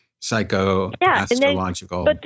Psycho-astrological